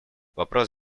вопрос